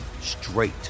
straight